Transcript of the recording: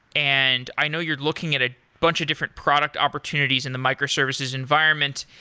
and i know you're looking at a bunch of different product opportunities in the microservices environment,